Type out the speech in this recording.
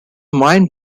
mind